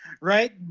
Right